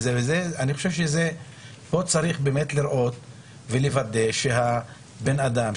אני חושב שכאן צריך לראות ולוודא שהבן אדם,